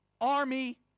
army